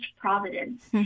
providence